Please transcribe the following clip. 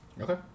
Okay